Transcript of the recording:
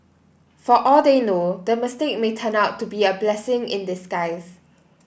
for all they know the mistake may turn out to be a blessing in disguise